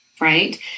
right